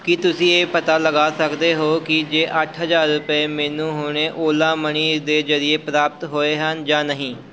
ਕੀ ਤੁਸੀਂਂ ਇਹ ਪਤਾ ਲਗਾ ਸਕਦੇ ਹੋ ਕਿ ਜੇ ਅੱਠ ਹਜ਼ਾਰ ਰੁਪਏ ਮੈਨੂੰ ਹੁਣੇ ਓਲਾ ਮਨੀ ਦੇ ਜ਼ਰੀਏ ਪ੍ਰਾਪਤ ਹੋਏ ਹਨ ਜਾਂ ਨਹੀਂ